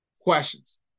questions